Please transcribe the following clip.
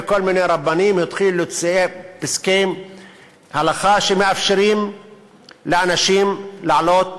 וכל מיני רבנים התחילו להוציא פסקי הלכה שמאפשרים לאנשים לעלות